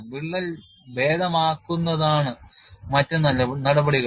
വിള്ളൽ ഭേദമാക്കുന്നതാണ് മറ്റ് നടപടികൾ